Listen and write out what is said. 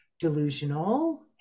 delusional